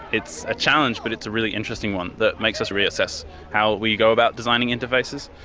it's a challenge but it's a really interesting one that makes us reassess how we go about designing interfaces.